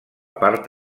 part